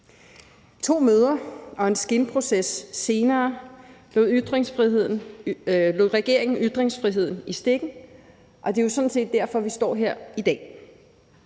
To møder og en skinproces senere lod regeringen ytringsfriheden i stikken. Og det er jo sådan set derfor, vi står her i dag.